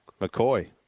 McCoy